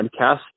podcast